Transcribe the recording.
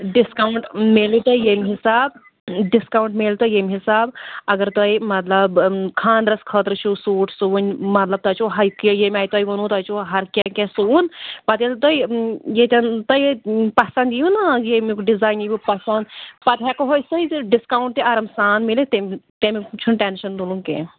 discount میلہِ تۄہہِ ییٚمہِ حِساب ڈِسکاوُنٛٹ میلہِ تۄہہِ ییٚمہِ حِساب اگر تُہۍ مطلب خانٛدرس خٲطرٕ چھُو سوٗٹ سُوٕنۍ مطلب تۄہہِ چھُو ییٚمہِ آیہِ تۄہہِ ووٚنوٕ تۄہہِ چھُو ہر کیٚنٛہہ کیٚنٛہہ سُوُن پتہٕ ییٚلہِ تۄہہِ ییٚتٮ۪ن تۄہہِ پسنٛد یِیٖوٕ نا ییٚمُک ڈِزاین یِیٖوٕ پسنٛد پتہٕ ہٮ۪کو أسۍ تۄہہِ ڈِسکاوُنٛٹ تہِ آرام سان میٖلِتھ تَمہِ تَمیُک چھُنہٕ ٹٮ۪نشن تُلُن کیٚنٛہہ